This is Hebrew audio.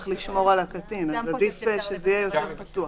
לשמור על הקטין אז עדיף שזה יהיה יותר פתוח,